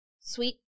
sweet